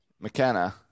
McKenna